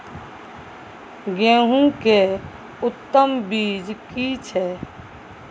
गेहूं के उत्तम बीज की छै?